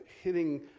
hitting